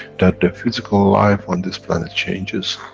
that the physical life on this planet changes,